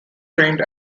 trained